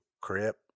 crip